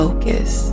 Focus